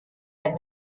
had